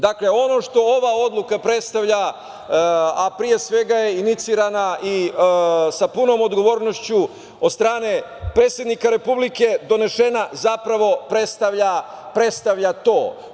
Dakle, ono što ova odluka predstavlja, a pre svega inicira sa punom odgovornošću od strane predsednika Republike donešena, zapravo predstavlja to.